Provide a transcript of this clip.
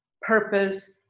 purpose